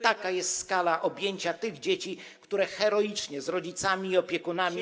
Taka jest skala objęcia tych dzieci, które heroicznie, z rodzicami i opiekunami.